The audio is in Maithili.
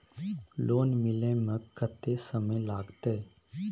लोन मिले में कत्ते समय लागते?